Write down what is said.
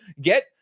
get